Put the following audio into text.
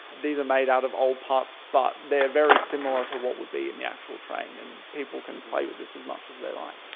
these are made out of old parts but they are very similar to what would be in the actual train, and people can play with this as much as they like.